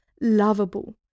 lovable